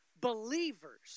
Believers